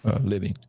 living